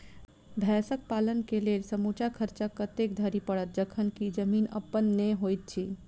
भैंसक पालन केँ लेल समूचा खर्चा कतेक धरि पड़त? जखन की जमीन अप्पन नै होइत छी